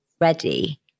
ready